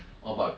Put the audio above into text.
orh but